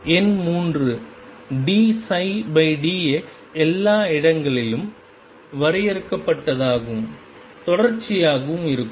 எண் 3 dψdx எல்லா இடங்களிலும் வரையறுக்கப்பட்டதாகவும் தொடர்ச்சியாகவும் இருக்கும்